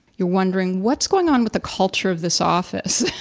you're wondering what's going on with the culture of this office.